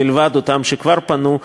מלבד אלה שכבר פנו,